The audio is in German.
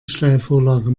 steilvorlage